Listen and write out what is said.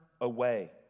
Away